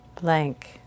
blank